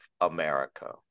America